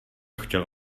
chtěl